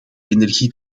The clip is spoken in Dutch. energie